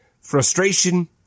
frustration